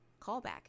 callback